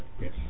Yes